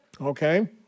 Okay